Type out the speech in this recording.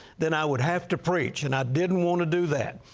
then i would have to preach, and i didn't want to do that.